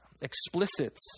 explicit